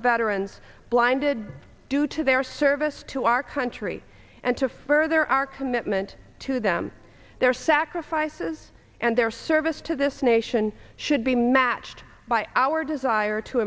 veterans blinded due to their service to our country and to further our commitment to them their sacrifices and their service to this nation should be matched by our desire to